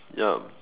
yup